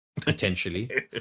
potentially